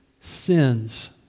sins